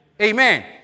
Amen